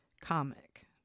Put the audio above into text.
comic